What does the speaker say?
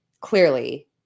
clearly